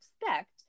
expect